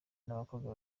n’abakobwa